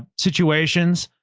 ah situations.